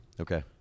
Okay